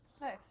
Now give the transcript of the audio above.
Nice